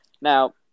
Now